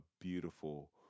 beautiful